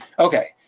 okay.